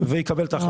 ויקבל את ההחלטה.